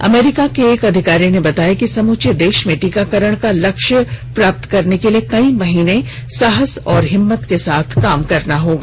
अमरीका के एक अधिकारी ने बताया कि समूचे देश में टीकाकरण का लक्ष्य प्राप्त करने के लिए कई महीने साहस और हिम्मत के साथ काम करना होगा